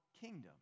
kingdom